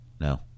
No